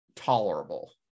tolerable